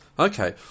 Okay